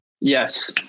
Yes